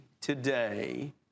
today